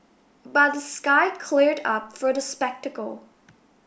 but the sky cleared up for the spectacle